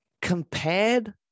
compared